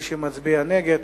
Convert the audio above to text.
מי שמצביע נגד,